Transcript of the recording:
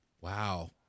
Wow